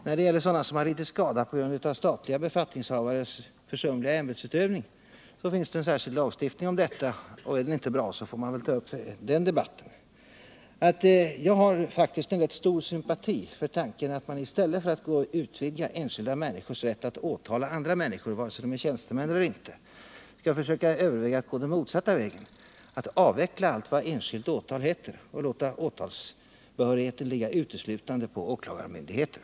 När det gäller sådana som har lidit skada på grund av statlig befattningshavares försumliga ämbetsutövning finns en särskild lagstiftning om detta, och är denna inte bra får man väl ta upp den till debatt. Jag har faktiskt rätt stor sympati för tanken att man i stället för att enskilda människor skall ha rätt att åtala andra människor, vare sig dessa är tjänstemän eller inte, skall överväga att gå den motsatta vägen; att avveckla allt vad enskilt åtal heter och låta åtalsbehörigheten ligga uteslutande på åklagarmyndigheten.